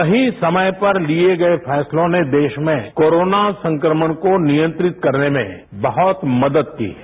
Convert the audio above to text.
सही समय पर लिए गए फैसलों ने देश में कोरोना संक्रमण को नियंत्रित करने में बहुत मददकी है